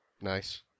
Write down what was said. Nice